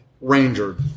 Ranger